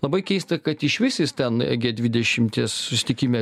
labai keista kad išvis jis ten gie dvidešimties susitikime